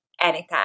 anytime